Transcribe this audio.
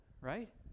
right